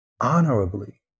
honorably